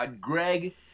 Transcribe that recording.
Greg